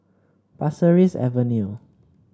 Pasir Ris Avenue